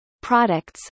products